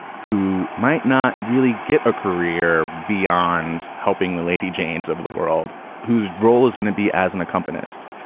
who might not really get a career beyond helping the lady jane's over the world whose role is going to be as an accompanist,